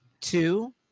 two